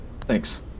Thanks